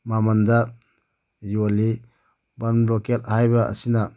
ꯃꯃꯟꯗ ꯌꯣꯜꯂꯤ ban blocked ꯍꯥꯏꯕ ꯑꯁꯤꯅ